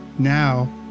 Now